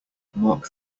mark